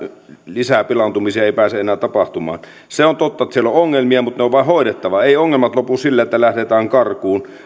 lisäpilaantumisia ei pääse enää tapahtumaan se on totta että siellä on ongelmia mutta ne on vain hoidettava eivät ongelmat lopu sillä että lähdetään karkuun